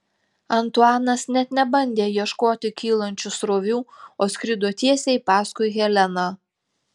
antuanas net nebandė ieškoti kylančių srovių o skrido tiesiai paskui heleną